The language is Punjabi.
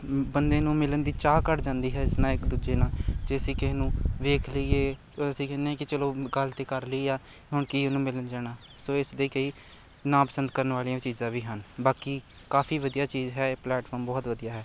ਬੰਦੇ ਨੂੰ ਮਿਲਣ ਦੀ ਚਾਹ ਘੱਟ ਜਾਂਦੀ ਹੈ ਇਸ ਨਾਲ ਇੱਕ ਦੂਜੇ ਨਾਲ ਜੇ ਅਸੀਂ ਕਿਸੇ ਨੂੰ ਦੇਖ ਲਈਏ ਅਸੀਂ ਕਹਿੰਦੇ ਹਾਂ ਕਿ ਚਲੋ ਗੱਲ ਤਾਂ ਕਰ ਲਈ ਆ ਹੁਣ ਕੀ ਉਹਨੂੰ ਮਿਲਣ ਜਾਣਾ ਸੋ ਇਸ ਦੇ ਕਈ ਨਾਪਸੰਦ ਕਰਨ ਵਾਲੀਆਂ ਵੀ ਚੀਜ਼ਾਂ ਵੀ ਹਨ ਬਾਕੀ ਕਾਫੀ ਵਧੀਆ ਚੀਜ਼ ਹੈ ਪਲੇਟਫਾਰਮ ਬਹੁਤ ਵਧੀਆ ਹੈ